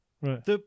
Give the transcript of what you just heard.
Right